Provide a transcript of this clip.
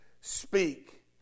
speak